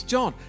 John